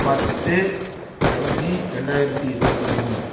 பத்து அஞ்சு ரெண்டாயிரத்தி இருபத்தி மூணு